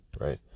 right